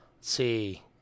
see